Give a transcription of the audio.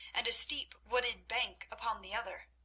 and a steep, wooded bank upon the other.